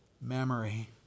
memory